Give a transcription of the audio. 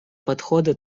подхода